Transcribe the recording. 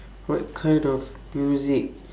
what kind of music